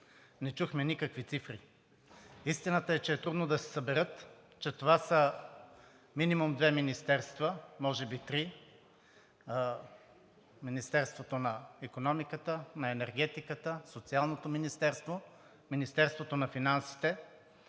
не чухме никакви цифри. Истината е, че е трудно да се съберат, че това са минимум две министерства, може би три – Министерството на икономиката, Министерството на енергетиката, Социалното министерство, Министерството на финансите